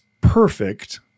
perfect